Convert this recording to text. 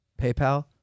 PayPal